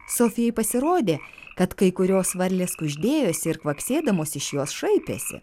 sofijai pasirodė kad kai kurios varlės kuždėjosi ir kvaksėdamos iš jos šaipėsi